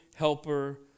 helper